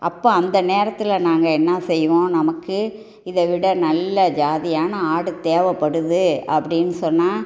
அப்போது அந்த நேரத்தில் நாங்கள் என்ன செய்வோம் நமக்கு இதை விட நல்ல ஜாதியான ஆடு தேவைப்படுது அப்படின்னு சொன்னால்